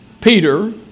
Peter